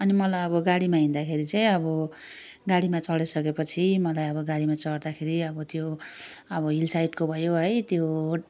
अनि मलाई अब गाडीमा हिँड्दाखेरि चाहिँ अब गाडीमा चढी सके पछि मलाई अब गाडीमा चढ्दाखेरि अब त्यो अब हिल साइडको भयो है त्यो